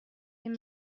این